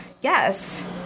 Yes